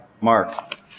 Mark